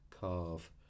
carve